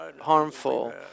harmful